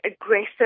aggressive